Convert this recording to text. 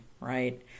right